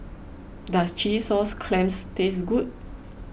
does Chilli Sauce Clams taste good